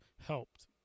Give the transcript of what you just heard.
helped